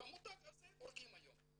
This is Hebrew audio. ואת המותג הזה הורגים היום.